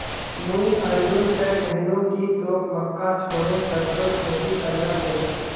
मुई अर्जुन स कहनु कि तोक मक्का छोड़े सरसोर खेती करना चाइ